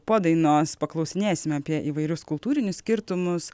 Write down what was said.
po dainos paklausinėsim apie įvairius kultūrinius skirtumus